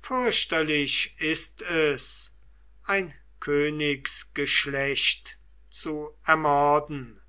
fürchterlich ist es ein königsgeschlecht zu ermorden